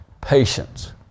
patience